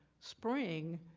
spring